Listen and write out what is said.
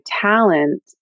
talent